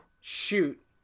shoot